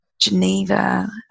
Geneva